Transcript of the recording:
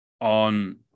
on